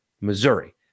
Missouri